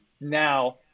now